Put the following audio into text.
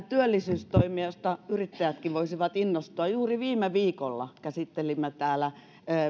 työllisyystoimia joista yrittäjätkin voisivat innostua juuri viime viikolla käsittelimme täällä